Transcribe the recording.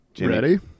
Ready